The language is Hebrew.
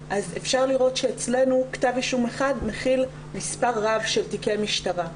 אפשר לראות שאצלנו כתב אישום אחד מכיל מספר רב של תיקי משטרה.